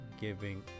giving